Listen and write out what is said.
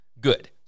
good